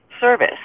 service